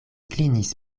klinis